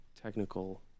technical